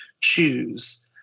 choose